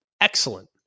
excellent